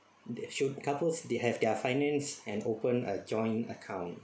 there should couples have their finance and open a joint account